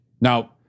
Now